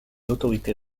autorités